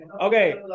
Okay